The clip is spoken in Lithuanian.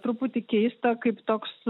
truputį keista kaip toks